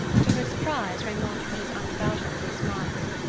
to her surprise raymond put his arm about her with a smile.